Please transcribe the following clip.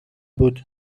بود